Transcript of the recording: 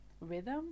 rhythm